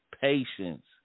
patience